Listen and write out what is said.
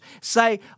say